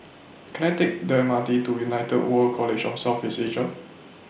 Can I Take The M R T to United World College of South East Asia